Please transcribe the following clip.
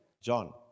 John